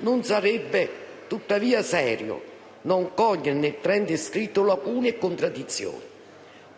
Non sarebbe, tuttavia, serio non cogliere nel *trend* descritto lacune e contraddizioni,